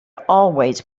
always